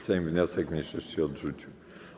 Sejm wniosek mniejszości odrzucił.